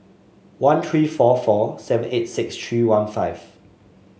one three four four seven eight six three one five